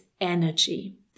energy